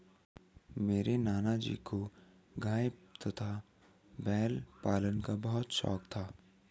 मेरे नाना जी को गाय तथा बैल पालन का बहुत शौक था